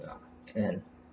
yeah can